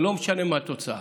ולא משנה מה התוצאה,